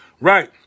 Right